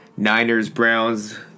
Niners-Browns